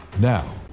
Now